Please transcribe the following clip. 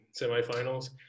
semifinals